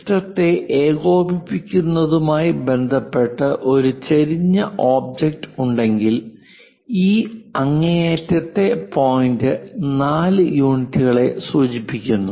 സിസ്റ്റത്തെ ഏകോപിപ്പിക്കുന്നതുമായി ബന്ധപ്പെട്ട് ഒരു ചെരിഞ്ഞ ഒബ്ജക്റ്റ് ഉണ്ടെങ്കിൽ ഈ അങ്ങേയറ്റത്തെ പോയിന്റ് 4 യൂണിറ്റുകളെ സൂചിപ്പിക്കുന്നു